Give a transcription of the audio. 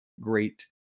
great